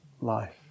life